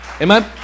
Amen